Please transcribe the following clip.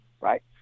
right